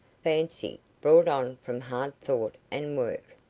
fancy, brought on from hard thought and work.